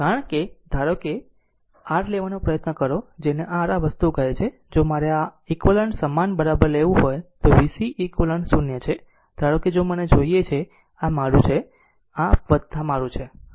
કારણ કે જો r લેવાનો પ્રયત્ન કરો જેને r આ વસ્તુ કહે છે જો મારે જો આ eq સમાન બરાબર લેવું હોય તો તે v c eq 0 છે ધારો કે જો મને જોઈએ છે અને જો આ મારું છે આ મારું છે અને આ મારું છે